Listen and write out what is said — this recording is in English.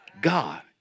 God